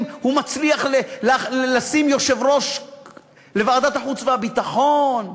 אם הוא מצליח למנות יושב-ראש לוועדת החוץ והביטחון,